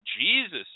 Jesus